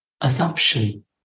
assumption